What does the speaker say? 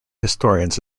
historians